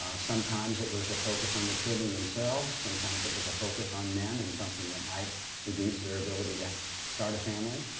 ah sometimes, it was a focus on the children themselves. sometimes, it was a focus on men and something that might reduce their ability to start a family.